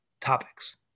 topics